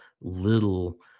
little